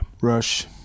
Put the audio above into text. Rush